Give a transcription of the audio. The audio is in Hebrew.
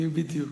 בדיוק.